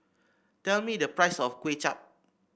tell me the price of Kuay Chap